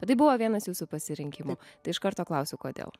bet tai buvo vienas jūsų pasirinkimų tai iš karto klausiu kodėl